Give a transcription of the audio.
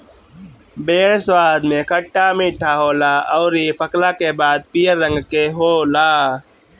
बेर स्वाद में खट्टा मीठा होला अउरी पकला के बाद पियर रंग के होला